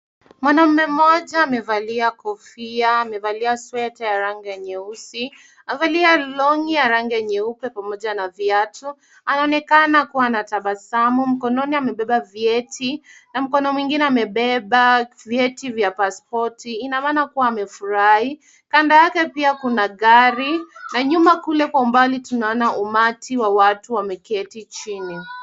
Mwanaume mmoja amevalia kofia. Amevalia sweta ya rangi ya nyeusi. Amevalia longi ya rangi nyeupe pamoja na viatu. Anaonekana kuwa na tabasamu. Mkononi amembeba vyeti, na mkono mwingine amembeba vyeti vya pasipoti. Ina maana kuwa amefurahi. Kando yake pia kuna gari na nyuma kule kwa umbali tunaona umati wa watu wameketi chini.